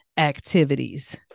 Activities